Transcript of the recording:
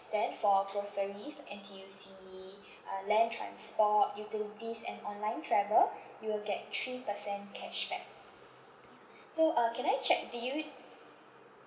then for groceries like N_T_U_C uh land transport utilities and online travel you will get three percent cashback so uh can I check do you